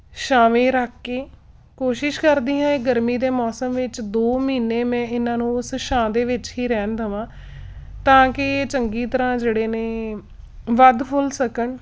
ਛਾਂਵੇ ਰੱਖ ਕੇ ਕੋਸ਼ਿਸ਼ ਕਰਦੀ ਹਾਂ ਇਹ ਗਰਮੀ ਦੇ ਮੌਸਮ ਵਿੱਚ ਦੋ ਮਹੀਨੇ ਮੈਂ ਇਹਨਾਂ ਨੂੰ ਉਸ ਛਾਂ ਦੇ ਵਿੱਚ ਹੀ ਰਹਿਣ ਦੇਵਾਂ ਤਾਂ ਕਿ ਇਹ ਚੰਗੀ ਤਰ੍ਹਾਂ ਜਿਹੜੇ ਨੇ ਵੱਧ ਫੁੱਲ ਸਕਣ